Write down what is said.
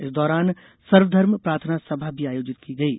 इस दौरान सर्वधर्म प्रार्थना सभा भी आयोजित की गयी